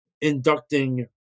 inducting